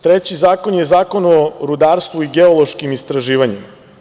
Treći zakon je Zakon o rudarstvu i geološkim istraživanjima.